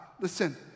Listen